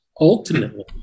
Ultimately